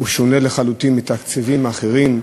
שונה לחלוטין מתקציבים אחרים,